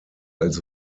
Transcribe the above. als